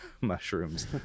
mushrooms